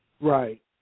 Right